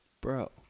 Bro